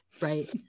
right